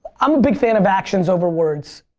i'm a big fan of actions over words.